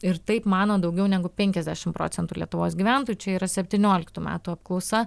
ir taip mano daugiau negu penkiasdešimt procentų lietuvos gyventojų čia yra septynioliktų metų apklausa